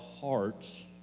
hearts